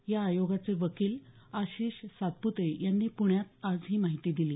या आयोगाचे वकील आशिष सातप्ते यांनी आज प्ण्यात ही माहिती दिली